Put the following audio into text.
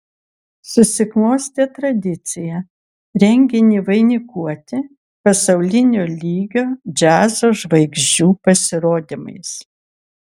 susiklostė tradicija renginį vainikuoti pasaulinio lygio džiazo žvaigždžių pasirodymais